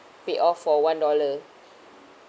pay off for one dollar